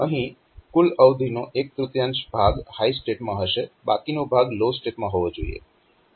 અહીં કુલ અવધિનો એક તૃતીયાંશ ભાગ હાય સ્ટેટ માં હશે અને બાકીનો ભાગ લો સ્ટેટ માં હોવો જોઈએ